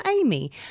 amy